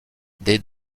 des